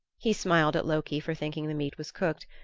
he smiled at loki for thinking the meat was cooked,